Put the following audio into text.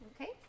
Okay